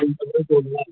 school ꯆꯠꯄꯗ ꯇꯣꯡꯅꯤꯡꯉꯥꯏ